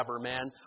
man